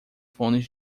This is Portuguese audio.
fones